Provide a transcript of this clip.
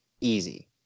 easy